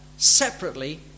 separately